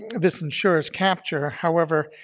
this ensures capture, however,